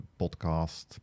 podcast